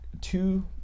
two